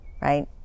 right